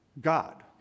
God